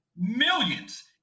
millions